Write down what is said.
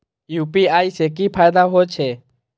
UPI से की फायदा हो छे?